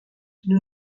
nous